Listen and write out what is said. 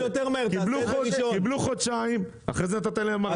קיבלו חודשיים אחרי זה נתתם להם הארכה.